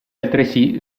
altresì